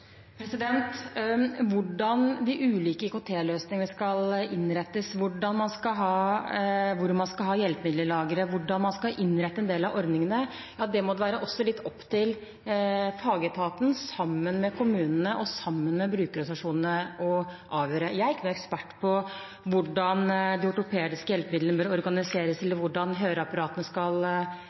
Hvordan de ulike IKT-løsningene skal innrettes, hvor man skal ha hjelpemiddellagrene, og hvordan man skal innrette en del av ordningene, må det være litt opp til fagetaten – sammen med kommunene og brukerorganisasjonene – å avgjøre. Jeg er ikke noen ekspert på hvordan de ortopediske hjelpemidlene bør organiseres, eller hvordan det med høreapparatene skal